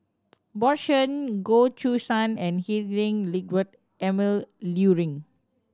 Bjorn Shen Goh Choo San and Heinrich Ludwig Emil Luering